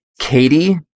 Katie